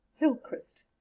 hillcrist.